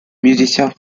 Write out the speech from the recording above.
musiciens